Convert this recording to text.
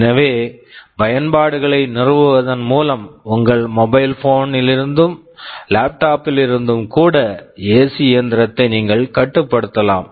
எனவே சில பயன்பாடுகளை நிறுவுவதன் மூலம் உங்கள் மொபைல் போன் mobile phone லிருந்தும் லேப்டாப் laptop களிலிருந்தும் கூட ஏசி இயந்திரத்தை நீங்கள் கட்டுப்படுத்தலாம்